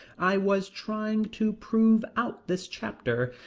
i was trying to prove out this chapter.